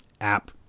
app